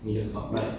ya